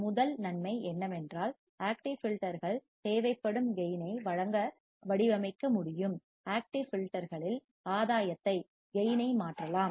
முதல் நன்மை என்னவென்றால் ஆக்டிவ் ஃபில்டர்கள் தேவைப்படும் கேயின் ஐ வழங்க வடிவமைக்க முடியும் ஆக்டிவ் ஃபில்டர்களில் ஆதாயத்தை கேயின் ஐ மாற்றலாம்